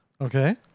Okay